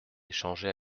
échanger